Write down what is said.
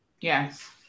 yes